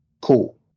Cool